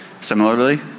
similarly